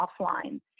offline